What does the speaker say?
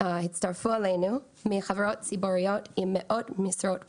הצטרפו אלינו מחברות ציבוריות עם מאות משרות פנויות.